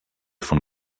von